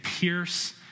pierce